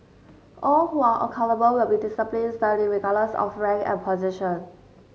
all who are accountable will be disciplined sternly regardless of rank and position